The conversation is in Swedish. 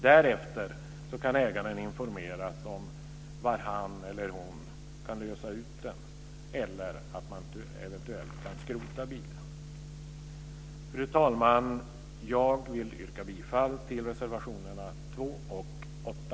Därefter kan ägaren informeras om var han eller hon kan lösa ut den eller om var man eventuell kan skrota bilen. Fru talman! Jag vill yrka bifall till reservationerna